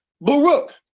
Baruch